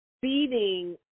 feeding